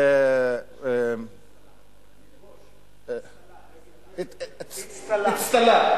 ללבוש, בג"ד כפ"ת, אצטלה,